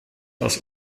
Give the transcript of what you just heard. aus